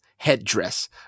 Headdress